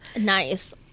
nice